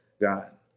God